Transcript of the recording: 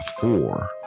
four